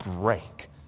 break